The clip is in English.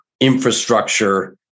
infrastructure